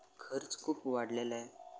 खर्च खूप वाढलेला आहे